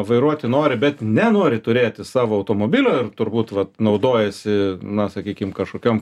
vairuoti nori bet nenori turėti savo automobilio ir turbūt vat naudojasi na sakykim kažkokiom